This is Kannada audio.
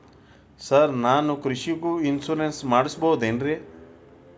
ಸರ್ ನಾನು ಕೃಷಿಗೂ ಇನ್ಶೂರೆನ್ಸ್ ಮಾಡಸಬಹುದೇನ್ರಿ?